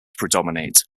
predominate